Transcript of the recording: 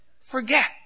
forget